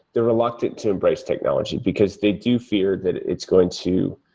they're reluctant to embrace technology because they do fear that it's going to,